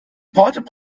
port